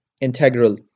integral